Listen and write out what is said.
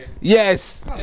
Yes